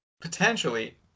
Potentially